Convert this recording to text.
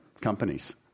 companies